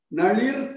Nalir